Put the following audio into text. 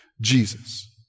Jesus